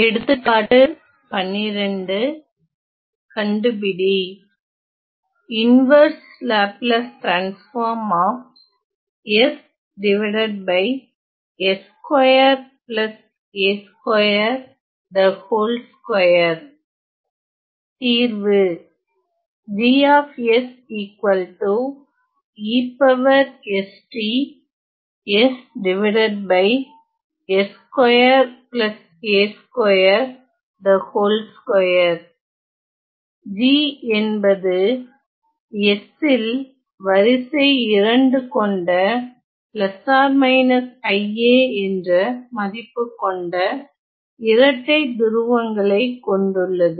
எடுத்துக்காட்டு 12 கண்டுபிடி தீர்வு G என்பது s இல் வரிசை 2 கொண்ட என்ற மதிப்பு கொண்ட இரட்டை துருவங்களை கொண்டுள்ளது